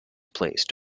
placed